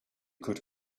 could